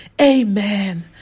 Amen